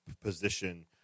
position